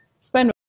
Spend